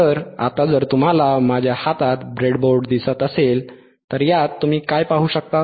तर आता जर तुम्हाला माझ्या हातात ब्रेडबोर्ड दिसत असेल तर यात तुम्ही काय पाहू शकता